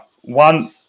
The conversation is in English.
One